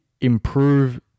improve